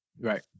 Right